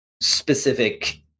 specific